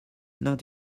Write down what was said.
not